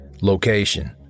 Location